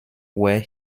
where